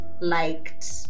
liked